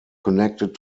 connected